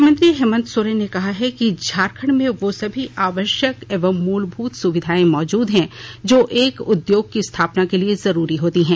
मुख्यमंत्री हेमन्त सोरेन ने कहा है कि झारखण्ड में वो सभी आवश्यक एवं मूलभूत सुविधायें मौजूद हैं जो एक उद्योग की स्थापना के लिये जरुरी होती हैं